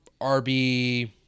RB